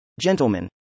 Gentlemen